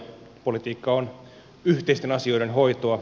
politiikka on yhteisten asioiden hoitoa